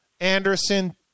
Anderson